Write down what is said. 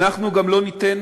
אנחנו גם לא ניתן